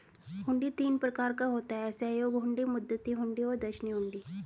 हुंडी तीन प्रकार का होता है सहयोग हुंडी, मुद्दती हुंडी और दर्शनी हुंडी